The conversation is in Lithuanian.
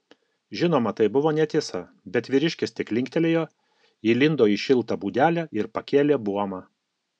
žinoma tai buvo netiesa bet vyriškis tik linktelėjo įlindo į šiltą būdelę ir pakėlė buomą